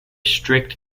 strict